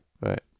Right